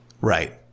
right